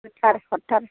होथार हरथार